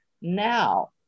now